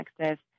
Texas